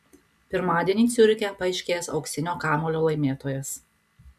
pirmadienį ciuriche paaiškės auksinio kamuolio laimėtojas